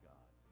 God